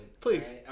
Please